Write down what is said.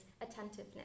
attentiveness